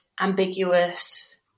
ambiguous